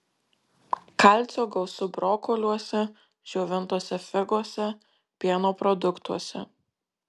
kalcio gausu brokoliuose džiovintose figose pieno produktuose